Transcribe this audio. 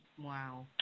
Wow